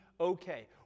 okay